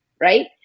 right